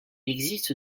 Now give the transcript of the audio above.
existe